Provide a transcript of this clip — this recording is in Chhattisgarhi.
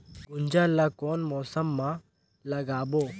गुनजा ला कोन मौसम मा लगाबो?